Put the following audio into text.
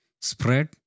spread